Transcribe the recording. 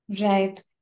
right